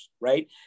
Right